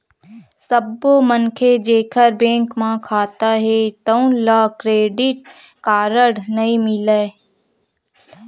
सब्बो मनखे जेखर बेंक म खाता हे तउन ल क्रेडिट कारड नइ मिलय